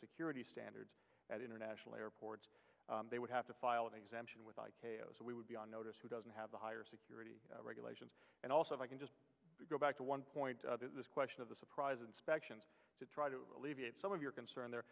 curity standards at international airports they would have to file an exemption with i k o so we would be on notice who doesn't have the higher security regulations and also i can just go back to one point this question of the surprise inspections to try to alleviate some of your concern there